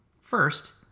First